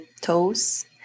toes